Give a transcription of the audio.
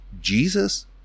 Jesus